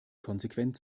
konsequent